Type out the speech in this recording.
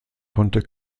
konnte